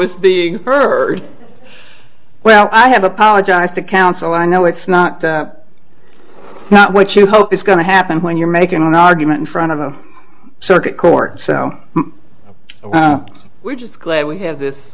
was being heard well i have apologized to counsel i know it's not what you hope is going to happen when you're making an argument in front of the circuit court so we're just glad we have this